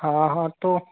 हाँ हाँ तो